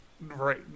Right